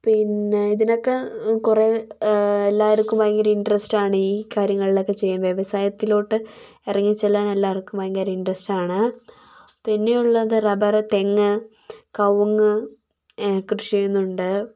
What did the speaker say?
പിന്നെ ഇതിനൊക്കെ കുറേ എല്ലാർക്കും ഭയങ്കര ഇൻട്രസ്റ്റ് ആണ് ഈ കാര്യങ്ങളിലൊക്കെ ചെയ്യുന്നത് വ്യവസായത്തിലോട്ട് ഇറങ്ങിച്ചെല്ലാൻ എല്ലാവർക്കും ഭയങ്കര ഇൻട്രസ്റ്റ് ആണ് പിന്നെ ഉള്ളത് റബ്ബർ തെങ്ങ് കവുങ്ങ് കൃഷി ചെയ്യുന്നുണ്ട്